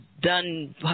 done